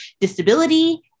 disability